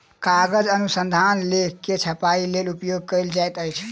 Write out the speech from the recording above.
कागज अनुसंधान लेख के छपाईक लेल उपयोग कयल जाइत अछि